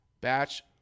batch